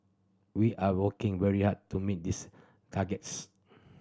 we are working very hard to meet these targets